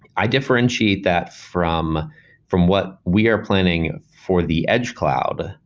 i differentiate that from from what we're planning for the edge cloud,